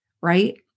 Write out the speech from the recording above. right